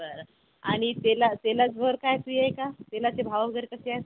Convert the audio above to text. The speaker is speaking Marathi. बरं आणि तेला तेलावर काय फ्री आहे का तेलाचे भाव वगैरे कसे आहेत